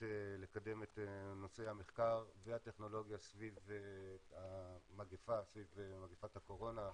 לקדם את נושא המחקר והטכנולוגיה סביב מגפת הקורונה,